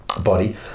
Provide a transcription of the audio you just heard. body